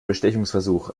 bestechungsversuch